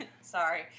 Sorry